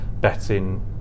betting